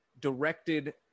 directed